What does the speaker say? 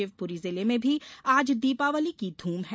शिवपुरी जिले में भी आज दीपावली की धूम है